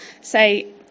say